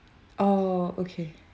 oh okay